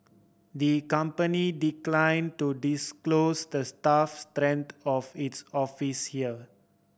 the company decline to disclose the staff strength of its office here